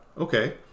Okay